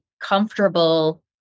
comfortable